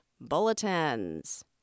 bulletins